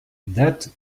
that